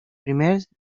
primers